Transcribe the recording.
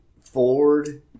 Ford